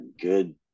good